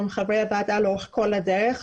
מול חברי הוועדה לאורך כל הדרך,